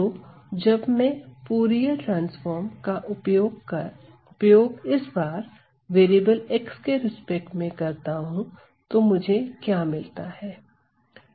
तो जब मैं फूरिये ट्रांसफार्म का उपयोग इस बार वेरिएबल x के रिस्पेक्ट में करता हूं तो मुझे क्या मिलता है